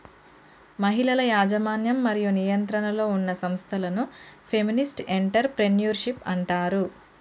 మహిళల యాజమాన్యం మరియు నియంత్రణలో ఉన్న సంస్థలను ఫెమినిస్ట్ ఎంటర్ ప్రెన్యూర్షిప్ అంటారు